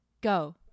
go